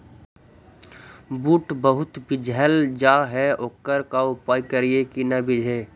बुट बहुत बिजझ जा हे ओकर का उपाय करियै कि न बिजझे?